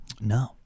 No